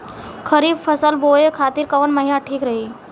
खरिफ फसल बोए खातिर कवन महीना ठीक रही?